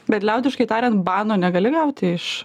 bet liaudiškai tariant bano negali gauti iš